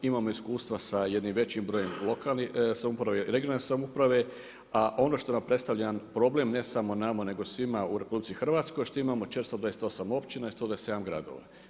Imamo iskustva sa jednim većim brojem lokalnih uprava i regionalne samouprave, a ono što nam predstavlja jedan problem ne samo nama nego svima u RH što imamo 428 općina i 127 gradova.